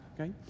okay